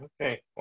okay